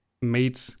made